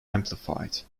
amplified